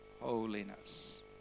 holiness